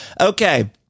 Okay